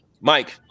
Mike